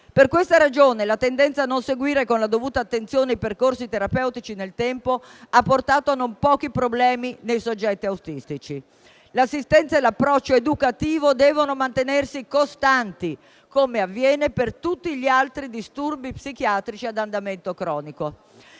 Per questa ragione, la tendenza a non seguire con la dovuta attenzione i percorsi terapeutici nel tempo ha portato non pochi problemi nei soggetti autistici. L'assistenza e l'approccio educativo devono mantenersi costanti, come avviene per tutti gli altri disturbi psichiatrici ad andamento cronico.